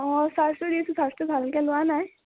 অঁ আৰু চাৰ্জটো দিছোঁ চাৰ্জটো ভালকৈ লোৱা নাই